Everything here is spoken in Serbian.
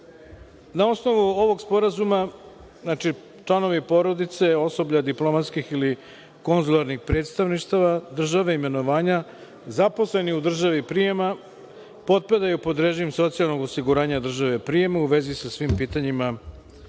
Na osnovu ovog sporazuma, članovi porodice, osoblja diplomatskih ili konzularnih predstavništava države imenovanja zaposleni u državi prijema potpadaju pod režim socijalnog osiguranja države prijema, u vezi sa svim pitanjima koja